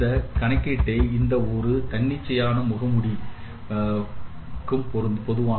இந்த கணக்கீடுகளை எந்த ஒரு தன்னிச்சையான முகமூடிக்கும் பொதுவானது